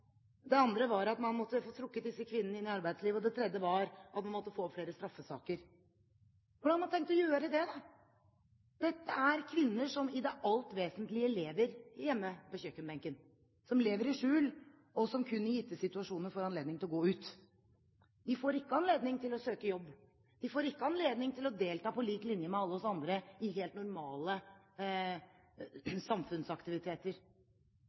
Det andre var at man måtte få trukket disse kvinnene inn i arbeidslivet. Det tredje var at man måtte få opp flere straffesaker. Hvordan har man tenkt å gjøre det, da? Dette er kvinner som i det alt vesentlige lever hjemme ved kjøkkenbenken, som lever i skjul, og som kun i gitte situasjoner får anledning til å gå ut. De får ikke anledning til å søke jobb. De får ikke anledning til å delta på lik linje med alle oss andre i helt normale samfunnsaktiviteter.